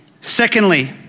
Secondly